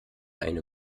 eine